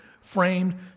framed